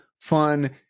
fun